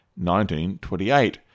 1928